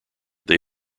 they